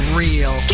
real